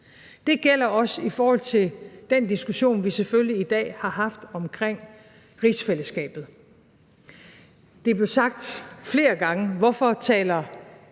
Det gælder også i forhold til den diskussion, vi selvfølgelig i dag har haft omkring rigsfællesskabet. Det er blevet sagt flere gange: Hvorfor taler